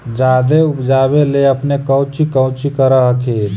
जादे उपजाबे ले अपने कौची कौची कर हखिन?